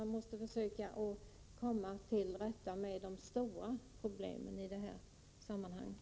Vi måste också komma till rätta med de stora problemen i sammanhanget.